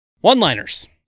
One-liners